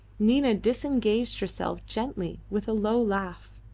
nina disengaged herself gently with a low laugh.